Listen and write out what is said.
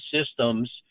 systems